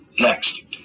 next